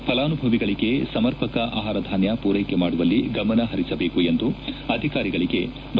ಫಲಾನುಭವಿಗಳಿಗೆ ಸಮರ್ಪಕ ಆಹಾರ ಧಾನ್ಯ ಪೂರೈಕೆ ಮಾಡುವಲ್ಲಿ ಗಮನ ಪರಿಸಬೇಕು ಎಂದು ಅಧಿಕಾರಿಗಳಿಗೆ ಡಾ